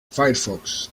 firefox